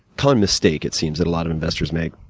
kind of mistake it seems that a lot of investors make,